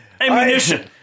ammunition